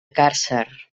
càrcer